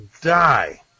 die